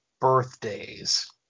birthdays